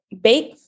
bake